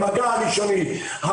המגע הראשוני,